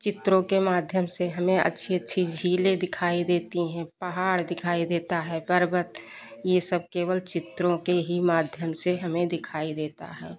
चित्रों के माध्यम से हमें अच्छी अच्छी झीलें दिखाई देती हैं पहाड़ दिखाई देता है पर्वत यह सब केवल चित्रों के ही माध्यम से हमें दिखाई देता है